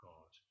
God